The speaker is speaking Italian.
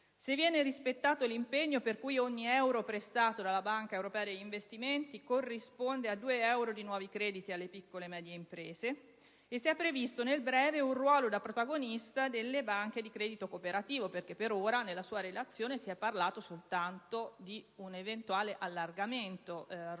se viene rispettato l'impegno per cui ogni euro prestato dalla Banca europea per gli investimenti corrisponde a due euro di nuovi crediti alle piccole e medie imprese e se è previsto nel breve un ruolo da protagonista delle banche di credito cooperativo. Per ora nella sua relazione si è parlato soltanto di un eventuale allargamento del